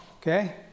okay